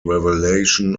revelation